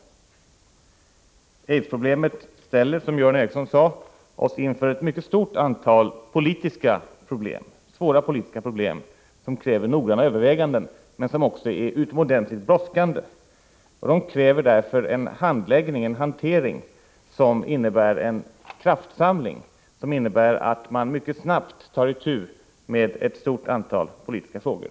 Som Göran Ericsson sade innebär aidsproblemet att vi ställs inför ett mycket stort antal svåra politiska problem som kräver noggranna överväganden. Det är också utomordentligt brådskande att någonting görs. Problemen kräver en kraftsamling: det gäller att mycket snart ta itu med ett stort antal politiska frågor.